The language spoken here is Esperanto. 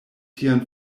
tian